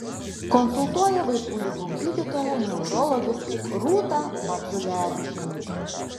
konsultuoja vaikų ligų gydytoja neurologė rūta maciulevičienė